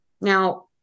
Now